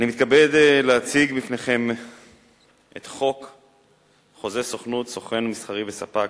מתכבד להציג בפניכם את חוק חוזה סוכנות (סוכן מסחרי וספק),